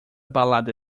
balada